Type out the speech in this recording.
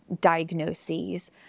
diagnoses